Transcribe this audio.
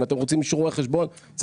אם אתם רוצים אישור רואה חשבון זה